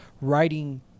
writing